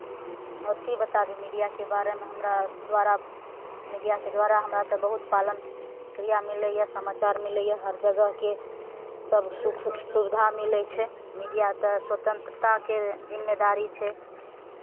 आओर की बताबी मीडियाके बारेमे हमरा दुआरा मीडियाके दुआरा हमरा तऽ बहुत पालन क्रिया मिलैए समाचार मिलैए हर जगहके सभ सुख सुविधा मिलै छै मीडिया तऽ स्वतन्त्रताके जिम्मेदारी छै